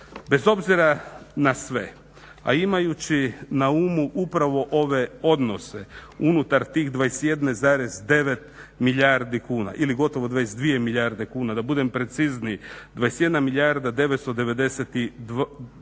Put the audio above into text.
Bez obzira na sve, a imajući na umu upravo ove odnose unutar tih 21,9 milijardi kuna ili gotovo 22 milijuna kuna da budem precizniji 21 milijarda 992 milijuna